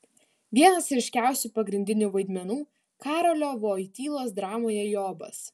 vienas ryškiausių pagrindinių vaidmenų karolio voitylos dramoje jobas